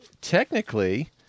technically